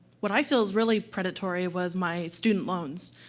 what i feel is really predatory was my student loans.